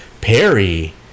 Perry